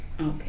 Okay